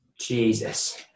Jesus